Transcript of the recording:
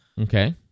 Okay